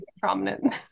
prominent